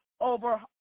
over